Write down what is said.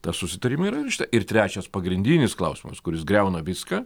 tas susitarime yra ir trečias pagrindinis klausimas kuris griauna viską